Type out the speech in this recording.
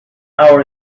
our